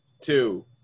Two